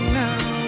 now